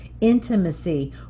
intimacy